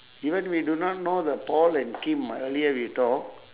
even we do not know the paul and time ah earlier we talk